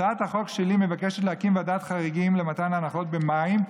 הצעת החוק שלי מבקשת להקים ועדת חריגים למתן הנחות במים,